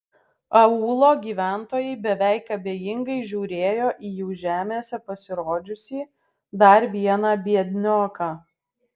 aūlo gyventojai beveik abejingai žiūrėjo į jų žemėse pasirodžiusį dar vieną biednioką